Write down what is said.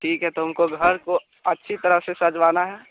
ठीक है तो हमको घर को अच्छी तरह से सजवाना है